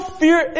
fear